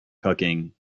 cooking